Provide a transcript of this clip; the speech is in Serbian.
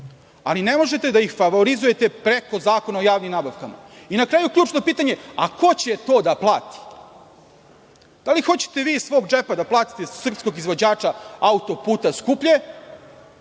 ali ne možete da ih favorizujete preko Zakona o javnim nabavkama. Na kraju, ključno pitanje – ko će to da plati? Da li hoćete vi iz svog džepa da platite srpskog izvođača autoputa skuplje